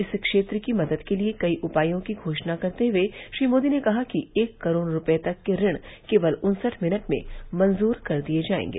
इस क्षेत्र की मदद के लिए कई उपायों की घोषणा करते हुए श्री मोदी ने कहा कि एक करोड़ रूपये तक के ऋण केवल उन्सठ मिनट में मंजूर कर दिए जायेंगे